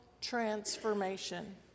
transformation